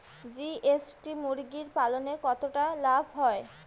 GST মুরগি পালনে কতটা লাভ হয়?